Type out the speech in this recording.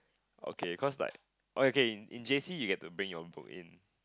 okay cause like okay in in J_C you get to bring your book in